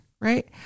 right